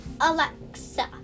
Alexa